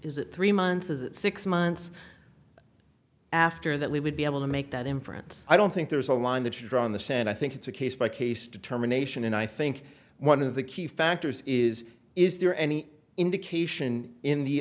is it three months is it six months after that we would be able to make that inference i don't think there is a line that you draw on the set i think it's a case by case determination and i think one of the key factors is is there any indication in the